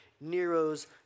Nero's